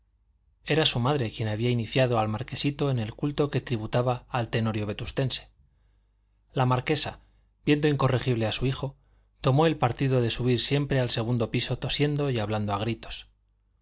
era su madre quien había iniciado al marquesito en el culto que tributaba al tenorio vetustense la marquesa viendo incorregible a su hijo tomó el partido de subir siempre al segundo piso tosiendo y hablando a gritos